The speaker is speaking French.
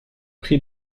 prix